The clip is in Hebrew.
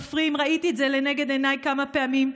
ראיתי את זה לנגד עיניי כמה פעמים,